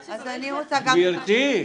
גברתי,